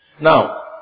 Now